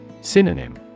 Synonym